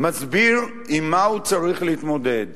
מסביר עם מה הוא צריך להתמודד.